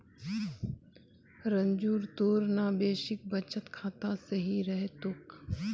रंजूर तोर ना बेसिक बचत खाता सही रह तोक